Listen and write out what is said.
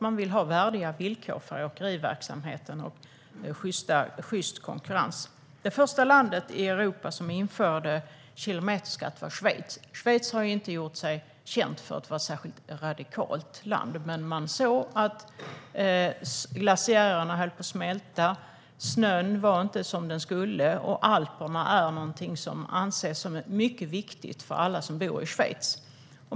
Man vill ha värdiga villkor för åkeriverksamheten och sjyst konkurrens. Det första landet i Europa som införde kilometerskatt var Schweiz. Schweiz har inte gjort sig känt för att vara ett särskilt radikalt land, men man såg att glaciärerna höll på att smälta och att snön inte var som den skulle. Alperna anses som mycket viktiga för alla som bor i Schweiz.